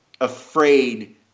afraid